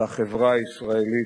בישראל.